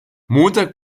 montag